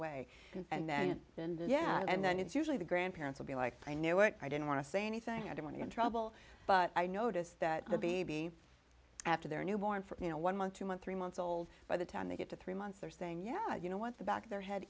way and then yeah and then it's usually the grandparents will be like i knew it i didn't want to say anything i do want to in trouble but i notice that the baby after their newborn for you know one month to month three months old by the time they get to three months they're saying yeah you know what the back of their head